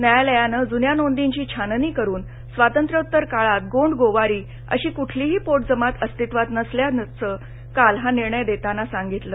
न्यायालयानं जून्या नोंदींची छाननी करून स्वातंत्र्योत्तर काळात गोंड गोवारी अशी कुठलीही पोटजमात अस्तित्वात नसल्याचं काल हा निर्णय देताना सांगितलं